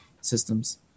systems